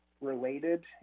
related